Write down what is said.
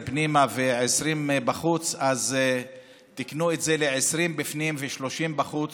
מעשרה בפנים ו-20 בחוץ ל-20 בפנים ו-30 בחוץ.